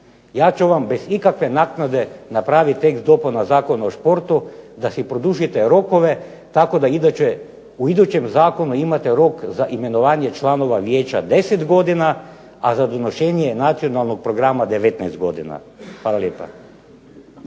ja ću vam bez ikakve naknade napraviti tekst Zakona o športu da si produžite rokove, tako da u idućem zakonu imate rok za imenovanje članova vijeća 10 godina, a za donošenje nacionalnog programa 19 godina. Hvala